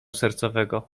sercowego